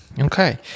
Okay